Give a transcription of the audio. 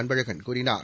அன்பழகன் கூறினார்